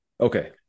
Okay